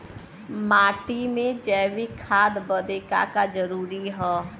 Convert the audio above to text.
माटी में जैविक खाद बदे का का जरूरी ह?